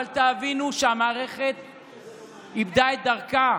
אבל תבינו שהמערכת איבדה את דרכה.